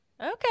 Okay